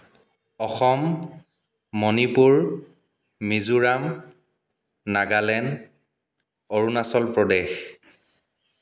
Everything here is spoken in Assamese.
অসম মণিপুৰ মিজোৰাম নাগালেণ্ড অৰুণাচল প্ৰদেশ